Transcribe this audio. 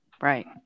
Right